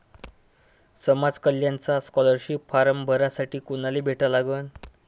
समाज कल्याणचा scholarship form भरासाठी कुनाले भेटा लागन?